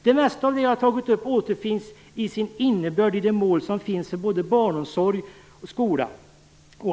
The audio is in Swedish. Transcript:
Det mesta av det jag har tagit upp återfinns till sin innebörd i de mål som finns för både barnomsorg och skola.